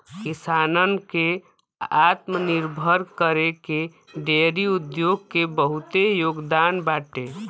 किसानन के आत्मनिर्भर करे में डेयरी उद्योग के बहुते योगदान बाटे